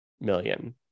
million